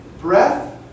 breath